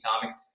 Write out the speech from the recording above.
Comics